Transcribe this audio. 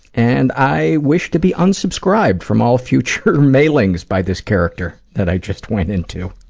and i wish to be unsubscribed from all future mailings by this character that i just went into.